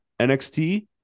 NXT